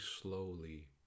slowly